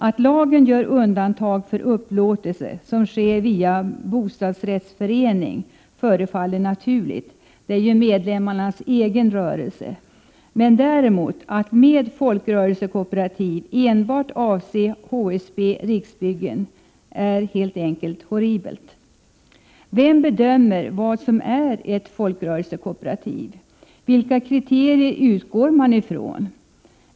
Att lagen gör undantag för upplåtelse som sker via bostadsrättsförening förefaller naturligt — det är ju medlemmarnas egen rörelse — men däremot är det helt enkelt horribelt att med folkrörelsekooperativ avse enbart HSB/Riksbyggen. Vem bedömer vad som är ett folkrörelsekooperativ? Vilka kriterier utgår man från?